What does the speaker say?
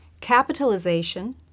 capitalization